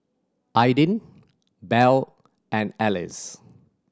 Aydin Bell and Alize